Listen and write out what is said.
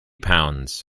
pounds